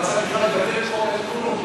רצה לבטל את חוק התכנון,